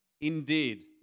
indeed